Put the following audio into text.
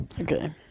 Okay